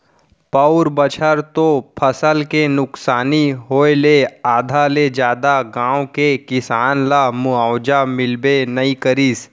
पउर बछर तो फसल के नुकसानी होय ले आधा ले जादा गाँव के किसान ल मुवावजा मिलबे नइ करिस